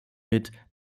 mit